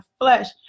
flesh